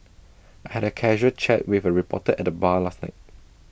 I had A casual chat with A reporter at the bar last night